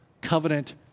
covenant